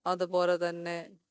അതുപോലെതന്നെ